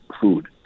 food